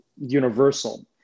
universal